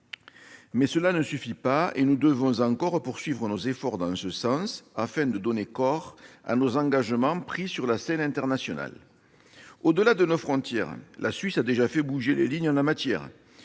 Mais cela ne suffit pas et nous devons encore poursuivre nos efforts dans ce sens, afin de donner corps aux engagements que nous avons pris sur la scène internationale. Au-delà de nos frontières, la Suisse a déjà fait bouger les lignes. Les premiers